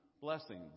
blessings